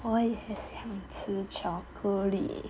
我也想吃吃巧克力